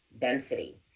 density